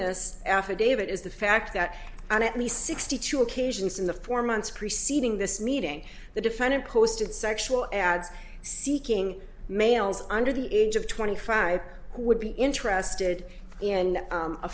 this affidavit is the fact that an at least sixty two occasions in the four months preceding this meeting the defendant posted sexual ads seeking males under the age of twenty five would be interested in